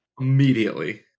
immediately